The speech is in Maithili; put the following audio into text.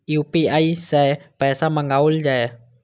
यू.पी.आई सै पैसा मंगाउल जाय?